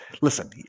Listen